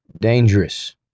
dangerous